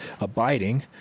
abiding